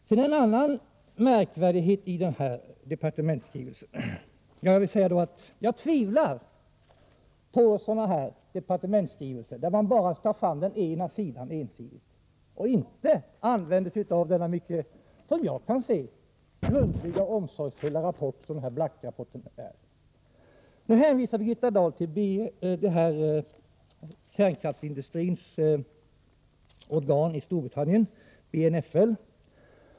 Torsdagen den Jag tvivlar på sådana här departementsskrivelser, där man bara tar fram 11 oktober 1984 den ena sidan och inte använder sig av den mycket grundliga och omsorgsfulla rapport som Black-rapporten är. Nu hänvisar Birgitta Dahl till kärnkraftsindustrins organ i Storbritannien, BNFL.